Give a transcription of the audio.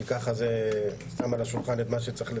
כי ככה זה שם על השולחן את מה שצריך לתקן.